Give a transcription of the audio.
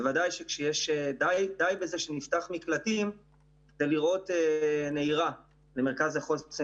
די בזה שנפתח מקלטים כדי לראות נהירה למרכז החוסן.